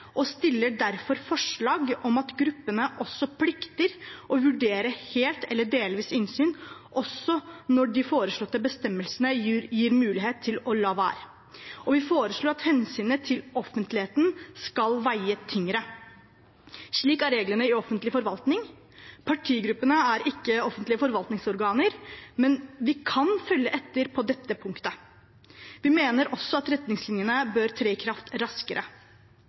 og stiller derfor forslag om at gruppene plikter å vurdere helt eller delvis innsyn også når de foreslåtte bestemmelsene gir mulighet til å la være. Vi foreslår at hensynet til offentligheten skal veie tyngre. Slik er reglene i offentlig forvaltning. Partigruppene er ikke offentlige forvaltningsorganer, men vi kan følge etter på dette punktet. Vi mener også at retningslinjene bør tre i kraft raskere.